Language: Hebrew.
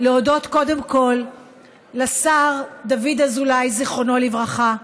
להודות קודם כול לשר דוד אזולאי, זיכרונו לברכה,